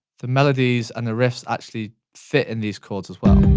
the melodies and the riffs actually fit in these chords as well.